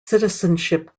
citizenship